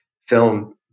film